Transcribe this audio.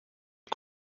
est